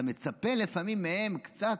אתה לפעמים מצפה מהם קצת,